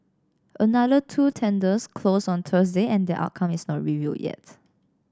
another two tenders closed on Thursday and their outcome is not revealed yet